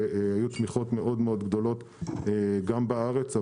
והיו תמיכות מאוד מאוד גדולות גם בארץ,